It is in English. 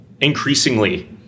increasingly